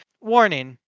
warning